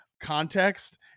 context